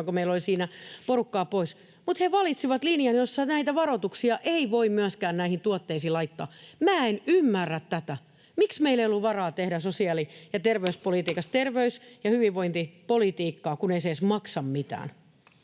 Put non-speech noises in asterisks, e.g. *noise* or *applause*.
8—7, kun meillä oli siinä porukkaa pois — mutta he valitsivat linjan, jossa näitä varoituksia ei voi myöskään näihin tuotteisiin laittaa. Minä en ymmärrä tätä. Miksi meillä ei ollut varaa tehdä sosiaali- ja terveyspolitiikassa *noise* terveys- ja hyvinvointipolitiikkaa, kun ei se edes maksa mitään?